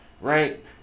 right